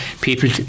people